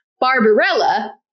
Barbarella